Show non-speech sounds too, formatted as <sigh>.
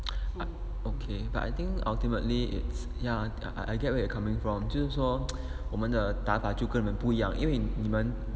<noise> okay but I think ultimately it's yeah I I get where you're coming from 就是说 <noise> 我们的打法就跟你们不一样因为你们